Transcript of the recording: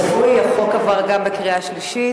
כצפוי, החוק עבר גם בקריאה שלישית.